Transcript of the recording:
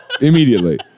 immediately